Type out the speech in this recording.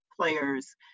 players